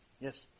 Yes